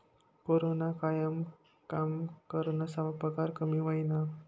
कोरोनाना कायमा कामगरस्ना पगार कमी व्हयना